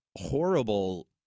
horrible